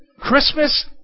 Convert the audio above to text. Christmas